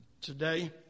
today